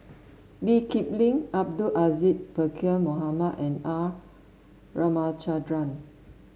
Lee Kip Lin Abdul Aziz Pakkeer Mohamed and R Ramachandran